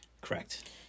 Correct